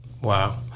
Wow